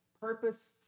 purpose